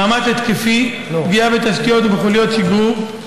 מאמץ התקפי, פגיעה בתשתיות ובחוליות שיגור,